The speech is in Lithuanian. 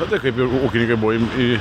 matai kaip ūkininkai buvo im į